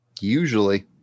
usually